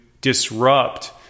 disrupt